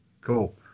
Cool